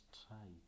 try